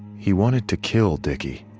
he wanted to kill dicky